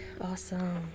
Awesome